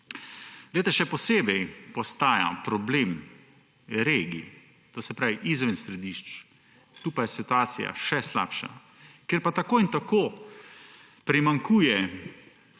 Še posebej postaja problem regij, to se pravi izven središč, tu pa je situacija še slabša. Tako in tako primanjkuje